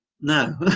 no